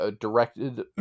directed